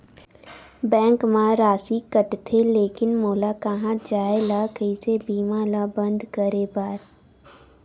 Bank मा राशि कटथे लेकिन मोला कहां जाय ला कइसे बीमा ला बंद करे बार?